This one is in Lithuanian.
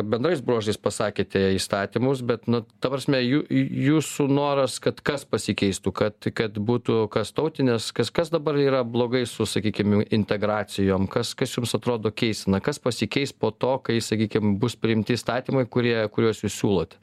bendrais bruožais pasakėte įstatymus bet nu ta prasme jų jūsų noras kad kas pasikeistų kad kad būtų kas tautinės kas kas dabar yra blogai su sakykim integracijom kas kas jums atrodo keistina kas pasikeis po to kai sakykim bus priimti įstatymai kurie kuriuos jūs siūlot